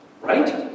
right